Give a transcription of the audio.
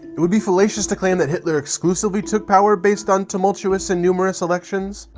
it would be fallacious to claim that hitler exclusively took power based on tumultuous and numerous elections,